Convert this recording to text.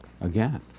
again